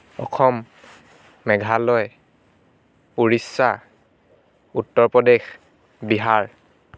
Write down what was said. Assam Meghalaya Orissa Uttar Pradesh Bihar